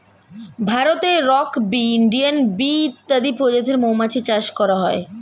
ভারতে rock bee, Indian bee ইত্যাদি প্রজাতির মৌমাছি চাষ করা হয়